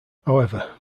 however